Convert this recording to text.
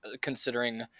considering